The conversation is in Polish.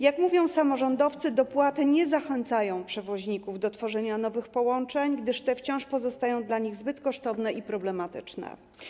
Jak mówią samorządowcy, dopłaty nie zachęcają przewoźników do tworzenia nowych połączeń, gdyż te wciąż pozostają dla nich zbyt kosztowne i problematyczne.